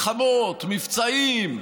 מלחמות, מבצעים.